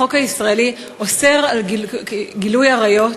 החוק הישראלי אוסר גילוי עריות,